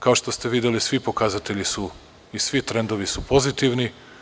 Kao što ste videli, svi pokazatelji i svi trendovi su pozitivni.